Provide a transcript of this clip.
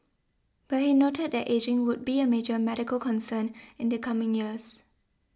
but he noted that ageing would be a major medical concern in the coming years